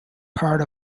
part